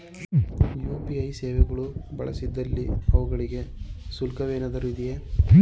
UPI ಸೇವೆಗಳು ಬಳಸಿದಲ್ಲಿ ಅವುಗಳಿಗೆ ಶುಲ್ಕವೇನಾದರೂ ಇದೆಯೇ?